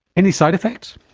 any side effects?